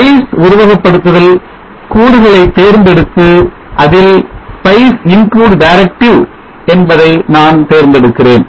spice உருவகப்படுத்துதல் கூறுகளை தேர்ந்தெடுத்து அதில் spice include Directive என்பதை நான் தேர்ந்தெடுக்கிறேன்